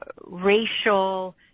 racial